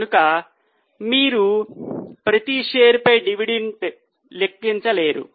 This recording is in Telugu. కనుక మీరు ప్రతి షేర్ పై డివిడెండ్ లెక్కించలేరు